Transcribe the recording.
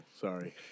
Sorry